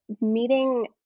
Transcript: meeting